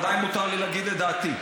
עדיין מותר לי להגיד את דעתי.